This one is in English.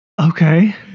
okay